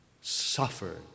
suffered